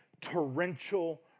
torrential